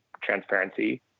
transparency